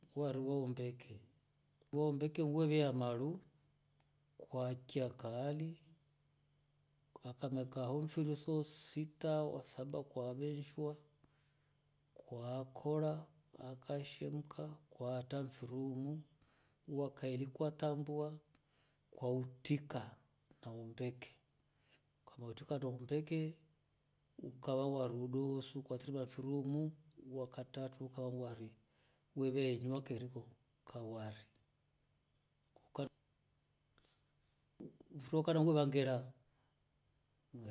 Wari wa umbeke wevea maruu kwakia kali kwakamo kao firi so siti au wa saba ukaveshua kwakora ya kashemuka firi humu wa kaili ukatambua kwa utika na umbeke ukame utika na umbeke ukawa wari udosu wa katatu ukawa wevenywa keriko mfiri wa kaana weva ngera.